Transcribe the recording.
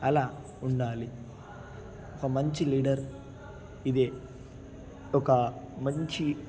అలా ఉండాలి ఒక మంచి లీడర్ ఇదే ఒక మంచి